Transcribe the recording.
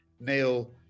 Neil